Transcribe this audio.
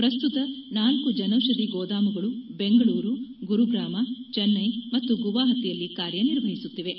ಪ್ರಸ್ತುತ ನಾಲ್ಲು ಜನೌಷಧಿ ಗೋದಾಮುಗಳು ಬೆಂಗಳೂರು ಗುರುಗ್ರಾಮ ಚೆನ್ನೈ ಮತ್ತು ಗುವಾಹತಿಗಳಲ್ಲಿ ಕಾರ್ಯನಿರ್ವಹಿಸುತ್ತಿವೆ